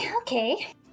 okay